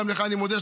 גם לך אני מודה,